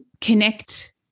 Connect